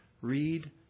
Read